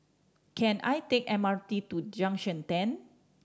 can I take M R T to Junction Ten